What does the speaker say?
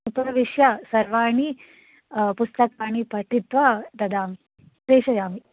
उपविश्य सर्वाणि पुस्तकानि पठित्वा ददामि प्रेषयामि